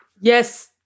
Yes